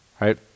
right